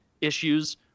issues